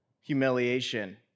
humiliation